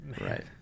right